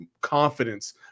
confidence